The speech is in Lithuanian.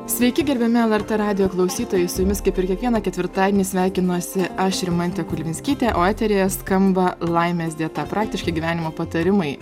sveiki gerbiami lrt radijo klausytojai su jumis kaip ir kiekvieną ketvirtadienį sveikinuosi aš rimantė kulvinskytė o eteryje skamba laimės dieta praktiški gyvenimo patarimai